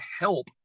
help